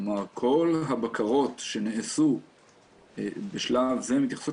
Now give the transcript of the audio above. כלומר כל הבקרות שנעשו בשלב זה מתייחסות